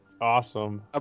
awesome